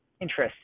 interesting